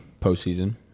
postseason